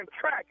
track